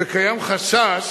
וקיים חשש